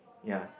ya